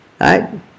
Right